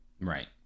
Right